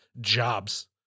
jobs